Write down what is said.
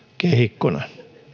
kehikkona